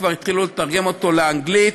כבר התחילו לתרגם אותו לאנגלית,